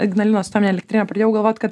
ignalinos atomine elektrine pradėjau galvot kad